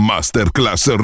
Masterclass